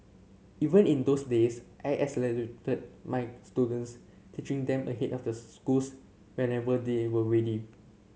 even in those days I accelerated my students teaching them ahead of their schools whenever they were ready